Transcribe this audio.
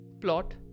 plot